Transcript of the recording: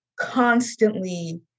constantly